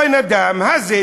הבן-אדם הזה,